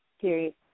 period